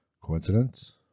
Coincidence